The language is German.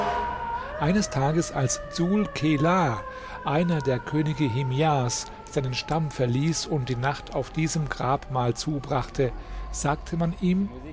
eines tages als dsul kelaa einer der könige himiars seinen stamm verließ und die nacht auf diesem grabmal zubrachte sagte man ihm